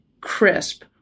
crisp